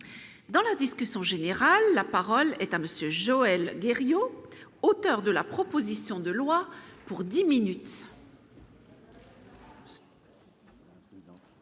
Dans la discussion générale, la parole est à monsieur Joël Goerrian, auteur de la proposition de loi pour 10 minutes.